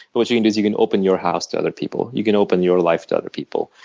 but what you can do is you can open your house to other people. you can open your life to other people.